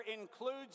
includes